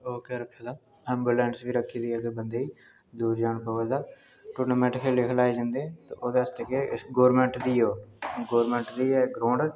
ambulance बी रक्खी दी होंदी अगर बंदे गी दूर जाना प'वै तां टूर्नामैंट खेली खलाई लैंदे ते ओह्दे आस्तै केह् गोरमैंट दी ओह् गोरमैंट दी ओह् ग्राऊंड ऐ